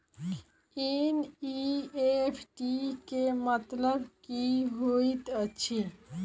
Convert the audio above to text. NEFT केँ मतलब की होइत अछि?